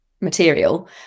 material